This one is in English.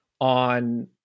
on